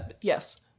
Yes